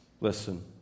Listen